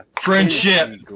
friendship